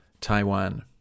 Taiwan